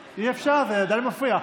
אי-אפשר, זה עדיין מפריע.